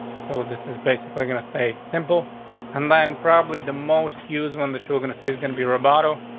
so this is basically going to stay simple and then probably the most used when the children see is gonna be roboto.